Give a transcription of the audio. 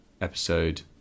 episode